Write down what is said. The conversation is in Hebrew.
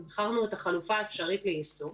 ובחרנו את החלופה האפשרית ליישום.